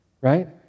Right